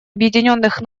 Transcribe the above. объединенных